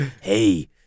hey